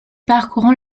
parcourant